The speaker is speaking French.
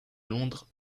londres